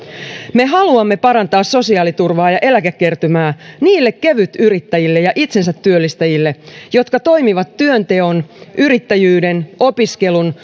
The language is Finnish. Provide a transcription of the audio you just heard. me haluamme parantaa sosiaaliturvaa ja eläkekertymää niille kevytyrittäjille ja itsensätyöllistäjille jotka toimivat työnteon yrittäjyyden opiskelun